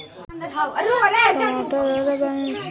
टमाटर के उत्पादन बहुत मात्रा में फरवरी मार्च के समय में होवऽ हइ